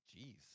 Jeez